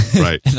right